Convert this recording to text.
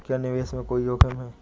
क्या निवेश में कोई जोखिम है?